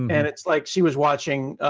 um and it's like, she was watching,